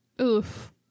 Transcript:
Oof